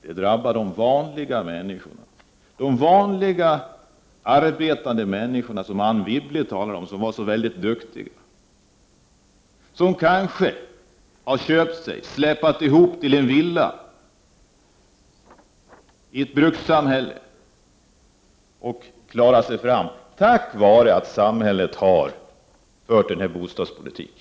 Det drabbar de vanliga, arbetande människorna som Anne Wibble talade om, som var så duktiga och som kanske släpat ihop till en villa i ett brukssamhälle och klarat sig fram tack vare att samhället har fört en sådan bostadspolitik.